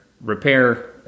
repair